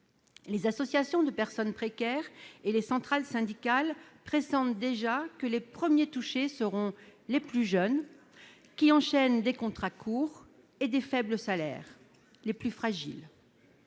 Les associations de personnes précaires et les centrales syndicales pressentent déjà que les premiers touchés seront les plus jeunes, qui enchaînent des contrats courts et de faibles salaires ; les plus fragiles.